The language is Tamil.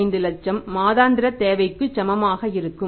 25 லட்சம் மாதாந்திர தேவைக்கு சமமாக இருக்கும்